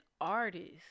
artist